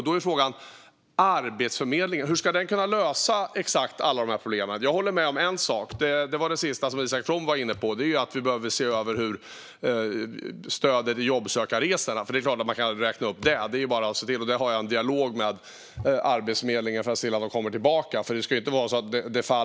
Då är frågan hur Arbetsförmedlingen ska kunna lösa exakt alla de här problemen. Jag håller med om en sak, nämligen det sista som Isak From var inne på. Vi behöver se över stödet till jobbsökarresorna. Det är klart att det kan räknas upp; det är ju bara att se till att göra det. Där har jag en dialog med Arbetsförmedlingen för att se till att de kommer tillbaka i detta.